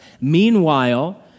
Meanwhile